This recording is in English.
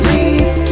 Leave